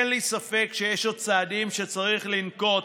אין לי ספק שיש עוד צעדים שצריך לנקוט